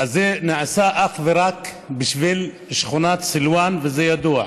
הזה נעשה אך ורק בשביל שכונת סילוואן, וזה ידוע.